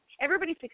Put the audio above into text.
everybody's